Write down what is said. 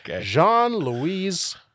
Jean-Louise